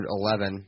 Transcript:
11